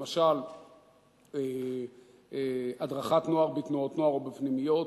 למשל הדרכת נוער בתנועות נוער או בפנימיות,